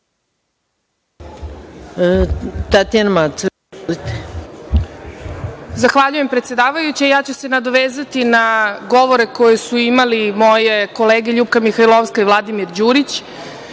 **Tatjana Macura** Zahvaljujem, predsedavajuća. Ja ću se nadovezati na govore koje su imali moje kolege LJupka Mihajlovska i Vladimir Đurić. Kao